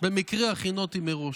במקרה הכינותי מראש.